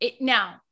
now